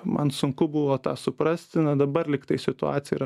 man sunku buvo tą suprasti na dabar lygtai situacija yra